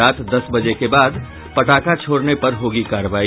रात दस बजे के बाद पटाखा छोड़ने पर होगी कार्रवाई